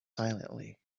silently